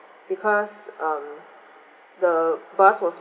because um the bus was